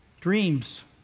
dreams